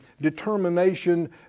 determination